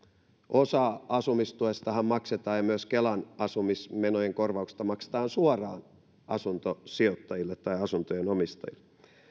osa asumistuestahan ja myös muista kelan asumismenojen korvauksista maksetaan suoraan asuntosijoittajille tai asuntojen omistajille